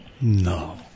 No